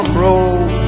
road